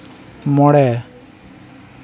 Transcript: ᱢᱚᱬᱮ